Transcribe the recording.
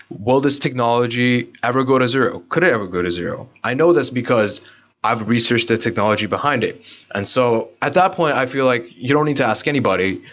will this technology ever go to zero, could ever go to zero? i know this because i've research the technology behind it and so at that point, i feel like you don't need to ask anybody.